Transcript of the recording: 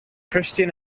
christian